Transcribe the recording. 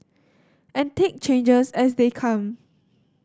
and take changes as they come